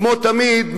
כמו תמיד,